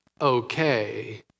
okay